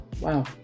wow